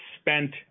spent